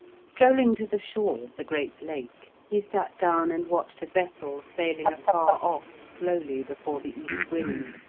strolling to the shore of the great lake, he sat down and watched a vessel sailing afar off slowly before the east wind.